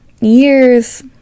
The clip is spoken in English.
years